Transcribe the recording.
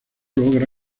logra